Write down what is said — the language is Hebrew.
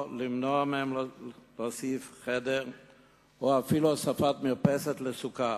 או למנוע מהם להוסיף חדר או אפילו להוסיף מרפסת סוכה?